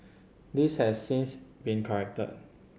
this has since been corrected